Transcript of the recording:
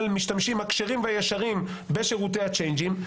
משתמשים הכשרים והישרים בשירותי הצ'יינג'ים.